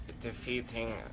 defeating